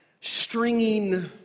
stringing